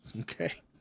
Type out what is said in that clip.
Okay